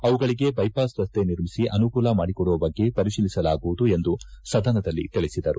ಅವುಗಳಿಗೆ ಬೈವಾಸ್ ರಸ್ತೆ ನಿರ್ಮಿಸಿ ಅನುಕೂಲ ಮಾಡಿಕೊಡುವ ಬಗ್ಗೆ ಪರಿಶೀಲಿಸಲಾಗುವುದು ಎಂದು ಸದನದಲ್ಲಿ ತಿಳಿಸಿದರು